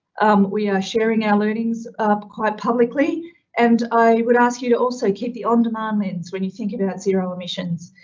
we are sharing our learnings quite publicly and i would ask you to also keep the on demand lens when you think about zero emissions.